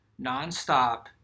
nonstop